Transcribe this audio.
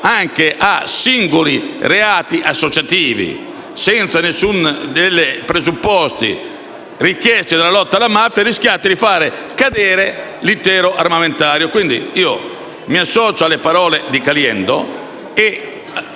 anche a singoli reati associativi, senza alcuno dei presupposti richiesti dalla lotta alla mafia, rischiate di far cadere l'intero armamentario. Mi associo quindi alle parole del senatore